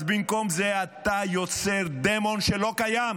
אז במקום זה אתה יוצר דמון שלא קיים